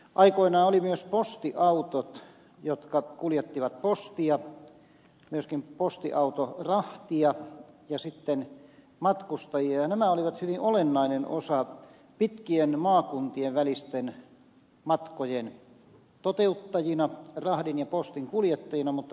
aikoinaan olivat myös postiautot jotka kuljettivat postia myöskin postiautorahtia ja sitten matkustajia ja nämä olivat hyvin olennainen osa maakuntien välisten pitkien matkojen toteuttajina sekä rahdin ja postin kuljettajina mutta valitettavasti ne on menetetty